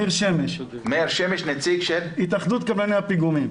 מאיר שמש, התאחדות קבלני הפיגומים.